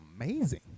amazing